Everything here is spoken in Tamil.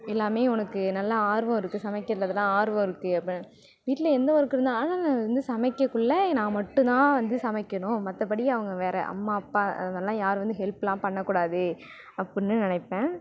எல்லாமே உனக்கு நல்லா ஆர்வம் இருக்குது சமைக்கிறதில் ஆர்வம் இருக்குது அப்படின்னு வீட்டில எந்த ஒர்க் இருந்தால் ஆனாலும் நான் வந்து சமைக்கக்குள்ள நான் மட்டும் தான் வந்து சமைக்கணும் மற்றபடி அவங்க வேற அம்மா அப்பா அதெலாம் யாரும் வந்து ஹெல்ப்லாம் பண்ணக்கூடாது அப்புடின்னு நினைப்பேன்